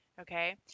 okay